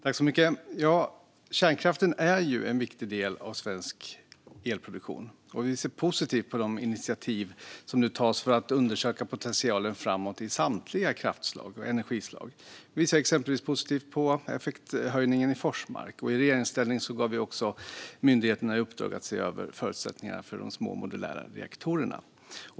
Herr talman! Ja, kärnkraften är en viktig del av svensk elproduktion, och vi ser positivt på de initiativ som nu tas för att undersöka potentialen framåt i samtliga kraftslag och energislag. Vi ser exempelvis positivt på effekthöjningen i Forsmark. I regeringsställning gav vi också myndigheterna i uppdrag att se över förutsättningarna för små modulära reaktorer.